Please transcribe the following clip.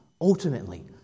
ultimately